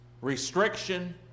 restriction